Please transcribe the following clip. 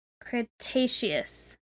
Cretaceous